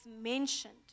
mentioned